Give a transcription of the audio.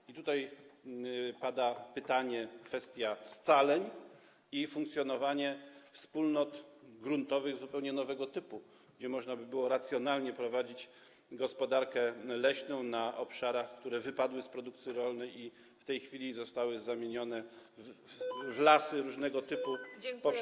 I tutaj pada pytanie, kwestia scaleń i funkcjonowania wspólnot gruntowych zupełnie nowego typu, gdzie można by było racjonalnie prowadzić gospodarkę leśną na obszarach, które wypadły z produkcji rolnej i w tej chwili zostały zamienione w różnego typu lasy poprzez sukcesję roślinną.